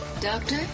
Doctor